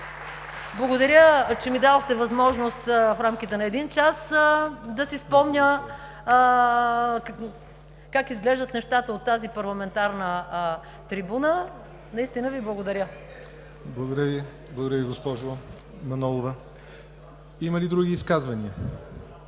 Благодаря, че ми дадохте възможност в рамките на един час да си спомня как изглеждат нещата от тази парламентарна трибуна. Наистина Ви благодаря! ПРЕДСЕДАТЕЛ ЯВОР НОТЕВ: Благодаря Ви, госпожо Манолова. Има ли други изказвания? Господин